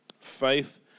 Faith